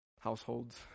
Households